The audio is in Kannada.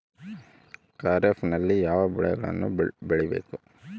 ಖಾರೇಫ್ ನಲ್ಲಿ ಯಾವ ಬೆಳೆಗಳನ್ನು ಬೆಳಿಬೇಕು?